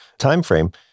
timeframe